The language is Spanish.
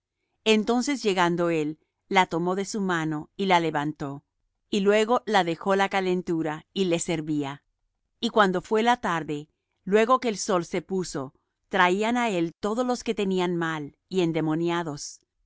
entonces llegando él la tomó de su mano y la levantó y luego la dejó la calentura y les servía y cuando fué la tarde luego que el sol se puso traían á él todos los que tenían mal y endemoniados